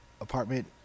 apartment